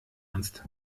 ernst